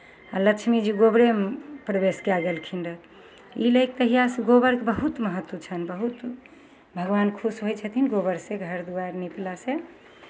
आ लक्ष्मीजी गोबरेमे प्रवेश कए गेलखिन रहए ई लेल तहियासँ गोबरके बहुत महत्व छनि बहुत भगवान खुश होइ छथिन गोबरसँ घर दुआरि निपलासँ